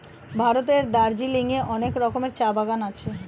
ভারতের দার্জিলিং এ অনেক রকমের চা বাগান আছে